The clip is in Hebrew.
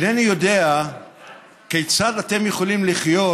אינני יודע כיצד אתם יכולים לחיות,